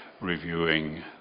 reviewing